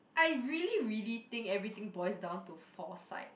I really really think everything boils down to foresight